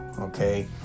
okay